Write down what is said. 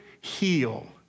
heal